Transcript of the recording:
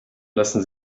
lassen